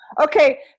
Okay